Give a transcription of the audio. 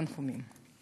ואין פה תנחומים.